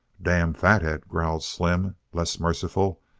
damn fat-head, growled slim, less merciful,